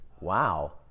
wow